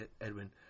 Edwin